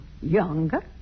younger